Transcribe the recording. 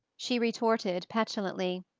she retorted petulantly.